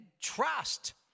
trust